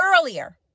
earlier